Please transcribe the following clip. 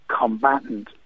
combatant